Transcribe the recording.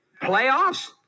Playoffs